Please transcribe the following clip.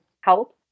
help